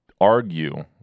argue